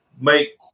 make